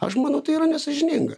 aš manau tai yra nesąžininga